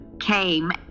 came